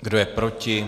Kdo je proti?